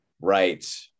Right